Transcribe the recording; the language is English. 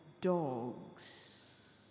dogs